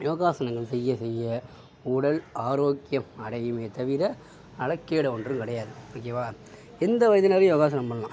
யோகாசனங்கள் செய்ய செய்ய உடல் ஆரோக்கியம் அடையுமே தவிர அளக்கீட ஒன்றும் கிடையாது ஓகேவா எந்த வயதினரும் யோகாசனம் பண்ணலாம்